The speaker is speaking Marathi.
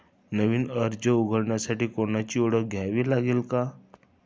नवीन खाते उघडण्यासाठी कोणाची ओळख द्यावी लागेल का?